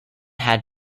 had